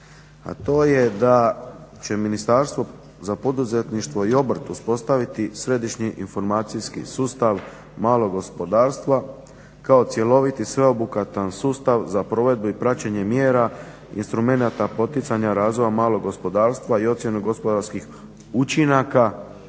a to je da će Ministarstvo za poduzetništvo i obrt uspostaviti središnji informacijski sustav malog gospodarstva kao cjelovit i sveobuhvatan sustav za provedbu i praćenje mjera instrumenata poticanja razvoja malog gospodarstva i ocjenu gospodarskih učinaka